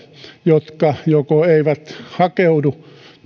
jotka joko eivät hakeudu